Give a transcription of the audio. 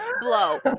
blow